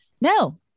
No